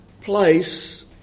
place